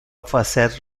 facer